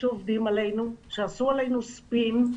שעשו עלינו ספין.